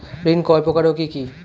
ঋণ কয় প্রকার ও কি কি?